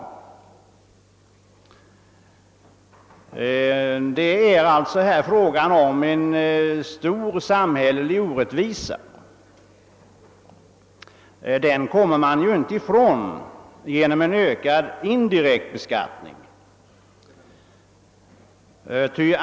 Här är det fråga om en stor samhällelig orättvisa, som vi inte kommer ifrån genom en ökad indirekt beskattning.